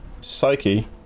psyche